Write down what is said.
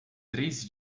três